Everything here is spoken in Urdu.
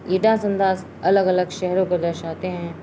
یہٹاس انداز الگ الگ شہروں کو درشاتے ہیں